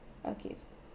okay